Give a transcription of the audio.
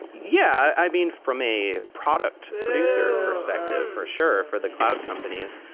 yeah. i mean, from a product producer perspective, for sure, for the cloud companies.